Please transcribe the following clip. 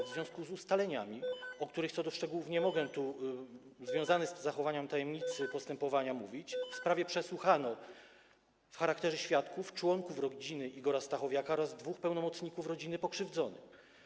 W związku z ustaleniami, o których co do szczegółów nie mogę tu w związku z zachowaniem tajemnicy postępowania mówić, w sprawie przesłuchano w charakterze świadków członków rodziny Igora Stachowiaka oraz dwóch pełnomocników rodziny pokrzywdzonego.